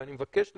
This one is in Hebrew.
ואני מבקש לפתוח,